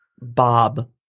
Bob